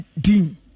dean